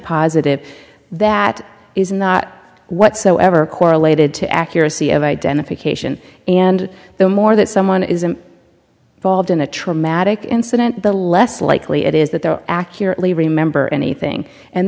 positive that is not whatsoever correlated to accuracy of identification and the more that someone is an evolved in a traumatic incident the less likely it is that there accurately remember anything and